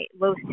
low